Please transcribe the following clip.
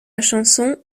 chanson